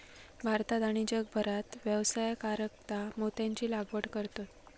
भारतात आणि जगभरात व्यवसायासाकारता मोत्यांची लागवड करतत